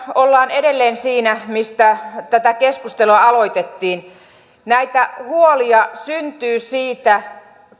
ollaan edelleen siinä mistä tätä keskustelua aloitettiin näitä huolia syntyy siitä